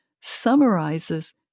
summarizes